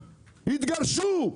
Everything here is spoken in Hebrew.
התגרשו,